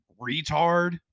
retard